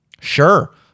Sure